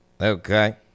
okay